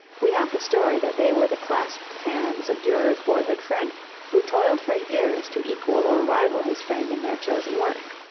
we have the story that they were the clasped hands of durer's boyhood friend who toiled for years to equal or rival his friend in their chosen work.